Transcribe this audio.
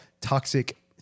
toxic